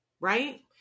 Right